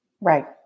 Right